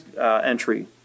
entry